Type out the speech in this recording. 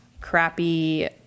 crappy